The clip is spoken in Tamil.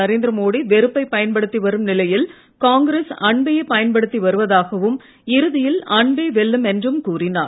நரேந்திர மோடி வெறுப்பைப் பயன்படுத்தி வரும் நிலையில் காங்கிரஸ் அன்பையே பயன்படுத்தி வருவதாகவும் இறுதியில் அன்பே வெல்லும் என்றும் கூறினார்